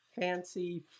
fancy